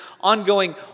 ongoing